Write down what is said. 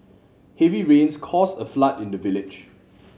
heavy rains caused a flood in the village